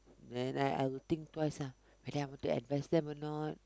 then I would think twice ah whether I want to advise them or not